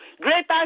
Greater